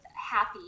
happy